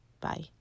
Bye